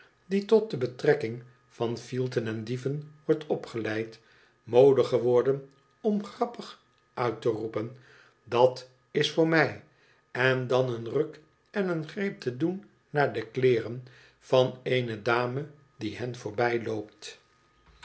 die tot de betrekking van fielten en dieven wordt opgeleid mode geworden om grappig uit te roepen dat is voor mij en dan een ruk en een greep te doen naar de kleeren van eene dame die hen